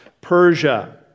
Persia